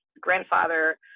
grandfather